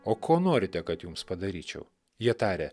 o ko norite kad jums padaryčiau jie tarė